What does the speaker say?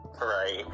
Right